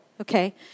Okay